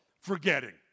forgetting